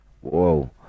Whoa